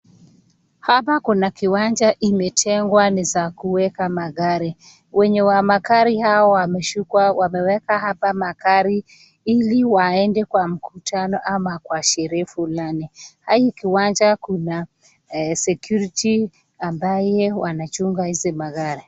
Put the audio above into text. Hapa kuna kiwanja imetengwa ni za kuweka magari. Wenye wa magari hao wameshuka wakaweka hapo magari ili waende mkutano au sherehe fulani. Hii kiwanja kuna security ambaye wanachunga izi magari.